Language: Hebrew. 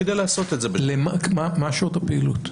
מה שעות הפעילות?